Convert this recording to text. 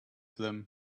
them